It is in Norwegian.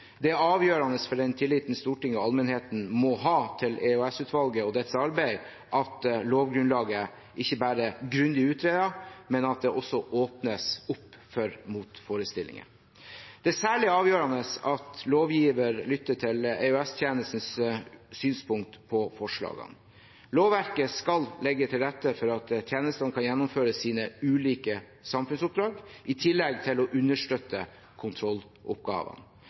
Det er avgjørende for den tilliten Stortinget og allmennheten må ha til EOS-utvalget og dets arbeid at lovgrunnlaget ikke bare er grundig utredet, men at det også åpnes opp for motforestillinger. Det er særlig avgjørende at lovgiver lytter til EOS-tjenestenes synspunkt på forslagene. Lovverket skal legge til rette for at tjenestene kan gjennomføre sine ulike samfunnsoppdrag i tillegg til å understøtte kontrolloppgavene.